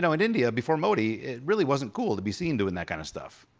in and india, before modi, it really wasn't cool to be seen doing that kind of stuff.